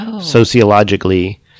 sociologically